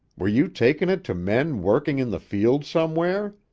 were you taking it to men working in the fields somewhere?